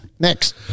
next